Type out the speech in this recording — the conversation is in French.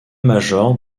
major